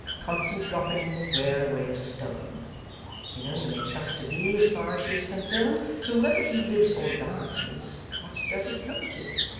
constant dropping will wear away a stone you know you may trust to me as far as she is concerned. so, whether he lives or dies, what does it come to?